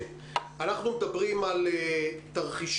בכל תרחיש